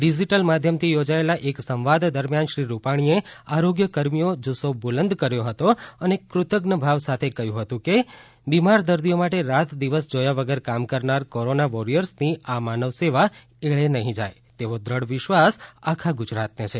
digital મધ્યમથી યોજાયેલા એક સંવાદ દરમ્યાન શ્રી રૂપાણીએ આરોગ્ય કર્મીઓ જુસ્સો બુલંદ કર્યો હતો અને કૃતધ્નભાવ સાથે કહ્યું હતું કે બીમાર દર્દી માટે રાત દિવસ જોયા વગર કામ કરનાર કોરોના વોરિયર્સની આ માનવ સેવા એળે નહી જાય તેવો દ્રઢ વિશ્વાસ આખા ગુજરાત ને છે